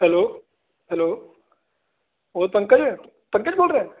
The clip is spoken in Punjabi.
ਹੈਲੋ ਹੈਲੋ ਓ ਪੰਕਜ ਪੰਕਜ ਬੋਲ ਰਿਹਾ